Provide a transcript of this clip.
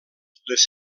les